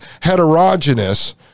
heterogeneous